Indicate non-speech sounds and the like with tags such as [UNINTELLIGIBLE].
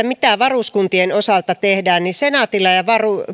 [UNINTELLIGIBLE] mitä varuskuntien osalta tehdään senaatilla ja